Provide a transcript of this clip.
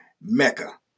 mecca